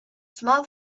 small